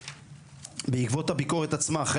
בעקבות הביקורת עצמה,